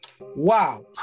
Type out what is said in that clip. Wow